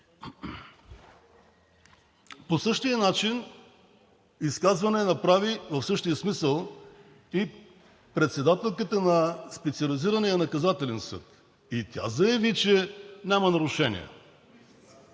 По същия начин изказване в същия смисъл направи и председателката на Специализирания наказателен съд, и тя заяви, че няма нарушение.